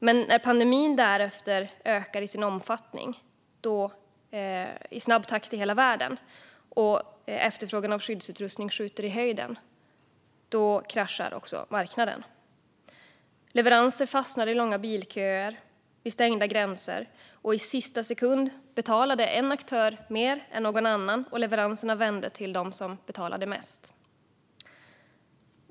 Men när pandemin därefter ökade i sin omfattning i snabb takt i hela världen och efterfrågan på skyddsutrustning sköt i höjden - då kraschade också marknaden. Leveranser fastnade i långa bilköer vid stängda gränser. I sista sekund betalade en aktör mer än någon annan, och leveranserna vände till dem som betalade mest.